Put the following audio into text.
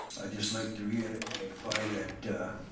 just like to re-edify re-edify that